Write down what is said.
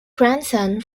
grandson